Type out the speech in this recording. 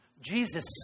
Jesus